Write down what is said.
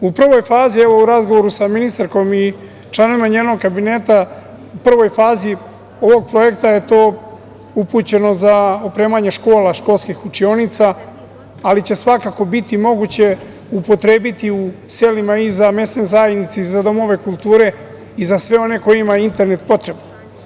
U prvoj fazi, evo u razgovoru sa ministarkom i članovima njenog kabineta, u prvoj fazi ovog projekta je to upućeno za opremanje škola, školskih učionica, ali će svakako biti moguće upotrebiti u selima i za mesne zajednice, za domove kulture i za sve one kojima je internet potreban.